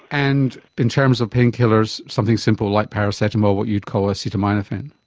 and in terms of painkillers, something simple like paracetamol, what you'd call acetaminophen.